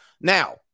Now